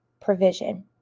provision